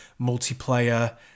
multiplayer